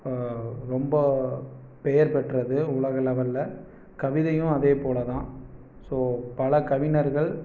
ரொம்ப பெயர்பெற்றது உலக லெவலில் கவிதையும் அதே போல் தான் ஸோ பல கவினர்கள்